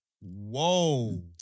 Whoa